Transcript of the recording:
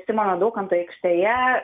simono daukanto aikštėje